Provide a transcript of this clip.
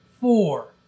four